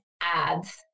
ads